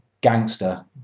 gangster